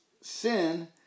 sin